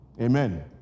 Amen